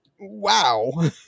Wow